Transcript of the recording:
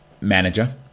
manager